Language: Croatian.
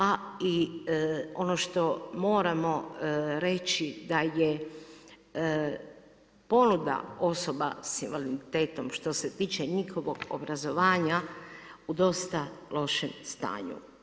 A i ono što moramo reći da je ponuda osoba sa invaliditetom što se tiče njihovog obrazovanja u dosta lošem stanju.